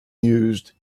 used